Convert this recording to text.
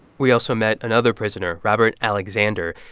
we also met another prisoner, robert alexander.